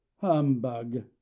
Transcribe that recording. humbug